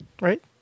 Right